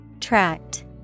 Tract